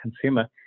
consumer